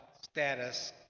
status